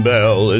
Bell